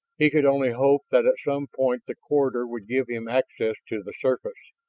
he could only hope that at some point the corridor would give him access to the surface.